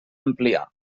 ampliar